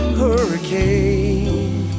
hurricane